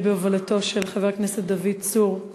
בהובלתו של חבר הכנסת דוד צור,